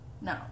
no